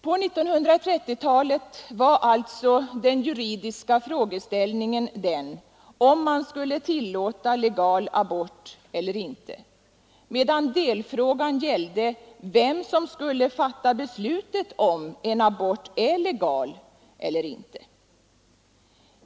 På 1930-talet var alltså den juridiska frågeställningen den om man skulle tillåta legal abort eller inte, medan delfrågan gällde vem som skulle fatta beslutet om huruvida en abort är legal eller inte.